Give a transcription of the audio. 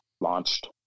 launched